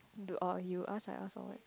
do or you ask I ask or what